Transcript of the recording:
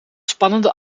spannende